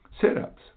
sit-ups